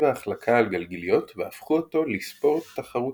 ההחלקה על גלגיליות והפכו אותו לספורט תחרותי.